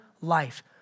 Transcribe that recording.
life